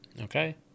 Okay